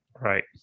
Right